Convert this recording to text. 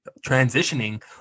transitioning